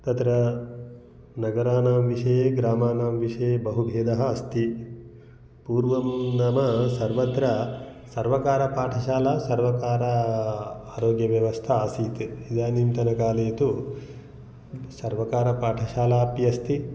तत्र नगराणां विषये ग्रामाणां विषये बहु भेदः अस्ति पूर्वं नाम सर्वत्र सर्वकारपाठशाला सर्वकार आरोग्यव्यवस्था आसीत् इदानींतनकाले तु सर्वकारपाठशाला अपि अस्ति